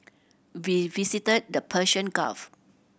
we visited the Persian Gulf